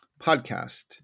podcast